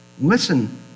Listen